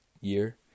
year